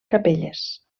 capelles